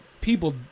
People